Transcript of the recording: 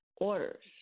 orders